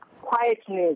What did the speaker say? quietness